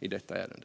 i detta ärende.